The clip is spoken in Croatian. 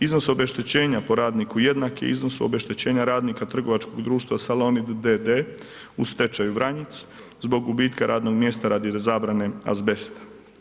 Iznos obeštećenja po radniku jednak je iznosu obeštećenja radnika trgovačkog društva Salonit d.d. u stečaju, Vranjic zbog gubitka radnog mjesta radi zabrane azbesta.